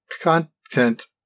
content